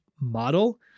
model